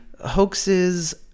hoaxes